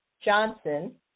Johnson